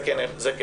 זה כן קרה.